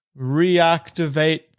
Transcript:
reactivate